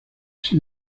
sin